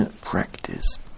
practice